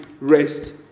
rest